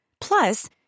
Plus